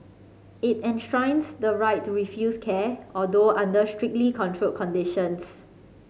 it enshrines the right to refuse care although under strictly controlled conditions